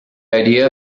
idea